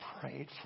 prayed